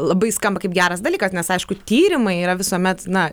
labai skamba kaip geras dalykas nes aišku tyrimai yra visuomet na